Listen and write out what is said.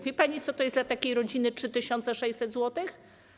Wie pani, co to jest dla takiej rodziny 3600 zł?